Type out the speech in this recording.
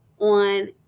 on